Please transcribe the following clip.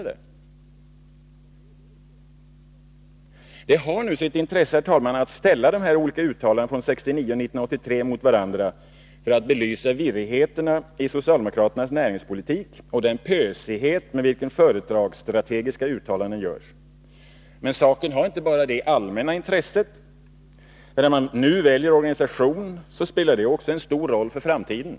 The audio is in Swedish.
Det har sitt intresse att ställa dessa olika uttalanden från 1969 och 1983 mot varandra för att belysa virrigheten i socialdemokraternas näringspolitik och den pösighet med vilken företagsstrategiska uttalanden görs. Men saken har inte bara detta allmänna intresse. När man nu väljer organisation spelar det också en stor roll för framtiden.